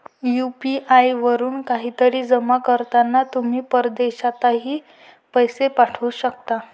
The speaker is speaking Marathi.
यू.पी.आई वरून काहीतरी जमा करताना तुम्ही परदेशातही पैसे पाठवू शकता